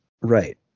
Right